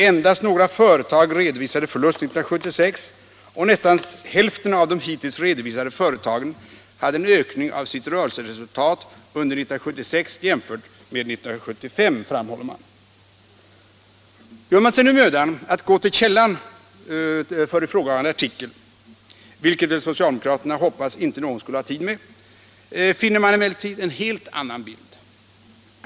Endast några företag redovisade en förlust 1976 och nästan hälften av de hittills redovisade företagen hade en ökning av sitt rörelseresultat under 1976 jämfört med 1975, framhåller man. Gör man sig nu mödan att gå till källan för ifrågavarande artikel, vilket väl socialdemokraterna hoppats att inte någon skulle ha tid med, får man emellertid en helt annan bild.